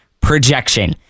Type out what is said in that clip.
projection